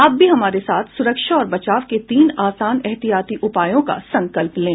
आप भी हमारे साथ सुरक्षा और बचाव के तीन आसान एहतियाती उपायों का संकल्प लें